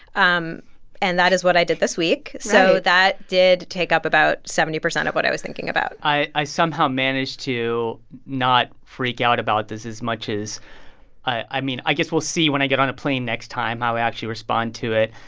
um and that is what i did this week right so that did take up about seventy percent of what i was thinking about i i somehow managed to not freak out about this as much as i i mean, i guess we'll see when i get on a plane next time how i actually respond to it.